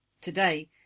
Today